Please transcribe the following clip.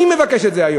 אני מבקש את זה היום.